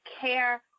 care